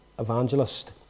evangelist